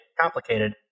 complicated